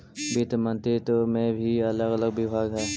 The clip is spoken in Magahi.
वित्त मंत्रित्व में भी अलग अलग विभाग हई